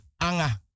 anga